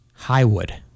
Highwood